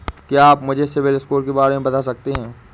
क्या आप मुझे सिबिल स्कोर के बारे में बता सकते हैं?